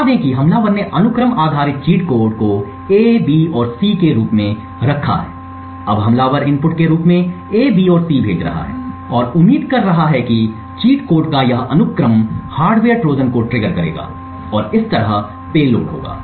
बता दें कि हमलावर ने अनुक्रम आधारित चीट कोड को A B और C के रूप में रखा है अब हमलावर इनपुट के रूप में A B और C भेज रहा है और उम्मीद कर रहा है कि चीट कोड का यह अनुक्रम हार्डवेयर ट्रोजन को ट्रिगर करेगा और इस तरह पेलोड होगा